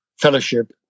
fellowship